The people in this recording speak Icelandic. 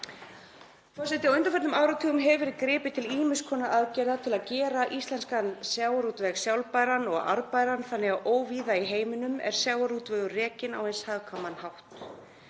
Forseti. Á undanförnum áratugum hefur verið gripið til ýmiss konar aðgerða til að gera íslenskan sjávarútveg sjálfbæran og arðbæran þannig að óvíða í heiminum er sjávarútvegur rekinn á eins hagkvæman hátt.